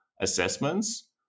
assessments